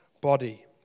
body